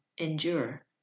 endure